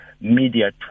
media